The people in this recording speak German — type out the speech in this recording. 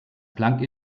planck